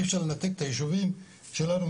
אי אפשר לנתק את היישובים שלנו.